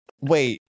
Wait